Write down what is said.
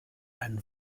and